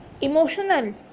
Emotional